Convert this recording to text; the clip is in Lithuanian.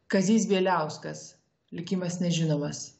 kazys bieliauskas likimas nežinomas